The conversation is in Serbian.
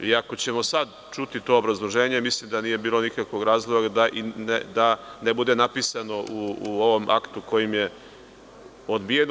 Ako ćemo sada čuti to obrazloženje, mislim da nije bilo nikakvog razloga da ne bude napisano u ovom aktu kojim je odbijeno.